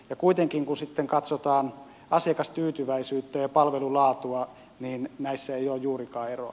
ja kuitenkin kun sitten katsotaan asiakastyytyväisyyttä ja palvelun laatua näissä ei ole juurikaan eroja